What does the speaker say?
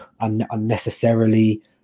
unnecessarily